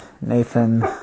Nathan